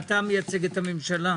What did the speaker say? אתה מייצג את הממשלה.